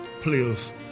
players